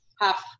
half